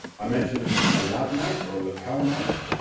i mentioned a lav mic or lapel mic,